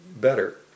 better